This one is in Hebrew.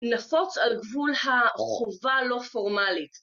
נפוץ על גבול החובה לא פורמלית